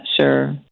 sure